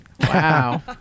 Wow